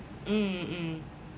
mm mm mm